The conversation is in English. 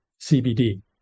CBD